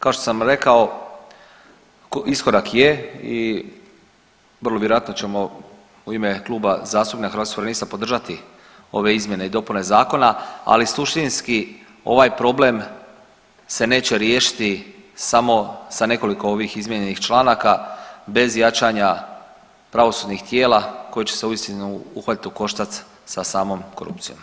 Kao što sam rekao iskorak je i vrlo vjerojatno ćemo u ime Kluba zastupnika Hrvatskih suverenista podržati ove izmjene i dopune zakona, ali suštinski ovaj problem se neće riješiti samo sa nekoliko ovih izmijenjenih članaka bez jačanja pravosudnih tijela koje će se uistinu uhvatiti u koštaca sa samom korupcijom.